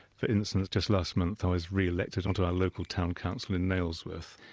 for instance just last month i was re-elected on to our local town council in nailsworth.